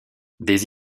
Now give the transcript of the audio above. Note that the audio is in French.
des